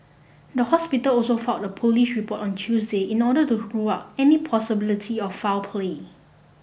the hospital also filed a police report on Tuesday in order to rule out any possibility of foul play